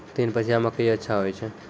तीन पछिया मकई अच्छा होय छै?